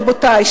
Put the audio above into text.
רבותי,